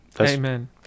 Amen